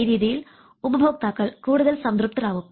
ഈ രീതിയിൽ ഉപഭോക്താക്കൾ കൂടുതൽ സംതൃപ്തരാവും